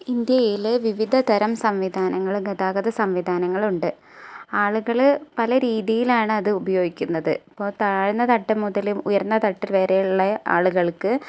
ഇന്ത്യയില് ല് വിവിധതരം സംവിധാനങ്ങൾ ഗതാഗത സംവിധാനങ്ങളുണ്ട് ആളുകള് പല രീതിയിലാണ് അത് ഉപയോഗിക്കുന്നത് ഇപ്പോള് താഴ്ന്ന തട്ട് മുതൽ ഉയർന്ന തട്ടുവരെയുള്ള ആളുകൾക്ക്